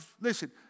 listen